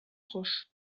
proche